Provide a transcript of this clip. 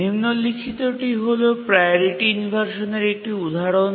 নিম্নলিখিতটি হল প্রাওরিটি ইনভারসানের একটি উদাহরন